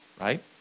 right